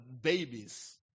babies